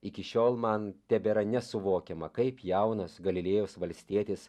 iki šiol man tebėra nesuvokiama kaip jaunas galilėjos valstietis